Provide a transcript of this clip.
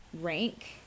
rank